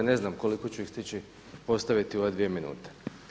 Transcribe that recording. Ne znam koliko ću ih stići postaviti u ove dvije minute.